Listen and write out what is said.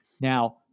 Now